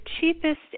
cheapest